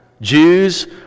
Jews